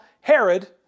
Herod